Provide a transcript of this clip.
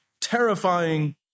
terrifying